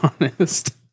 honest